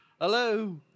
Hello